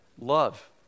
Love